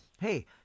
hey